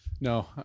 no